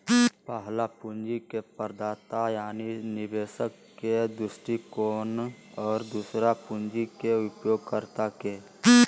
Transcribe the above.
पहला पूंजी के प्रदाता यानी निवेशक के दृष्टिकोण और दूसरा पूंजी के उपयोगकर्ता के